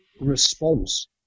response